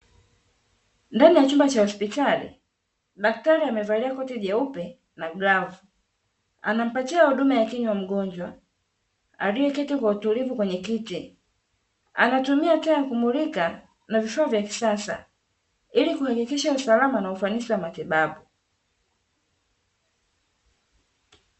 Ndani ya chumba cha hospitali, daktari aliyevalia koti jeupe na glavu, akimpatia huduma ya kinywa mgonjwa aliyeketi kwa utulivu kwenye kiti, anatumia taa ya kumulika na vifaa vya kisasa ili kuhakikisha usalama na ufanisi wa matibabu.